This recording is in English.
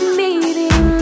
meeting